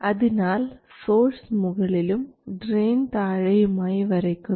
അതിനാൽ സോഴ്സ് മുകളിലും ഡ്രയിൻ താഴെയുമായി വരയ്ക്കുന്നു